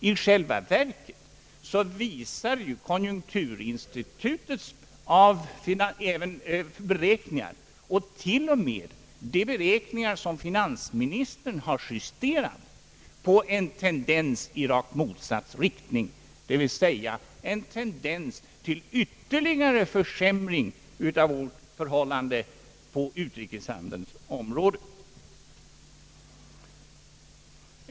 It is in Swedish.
I själva verket visar ju konjunkturinstitutets beräkningar och t.o.m. de beräkningar som finansministern har i nedjusterat skick presenterat på en tendens i rakt motsatt riktning, d. v. s. en tendens till ytterligare försämring av vårt läge på utrikeshandelns område.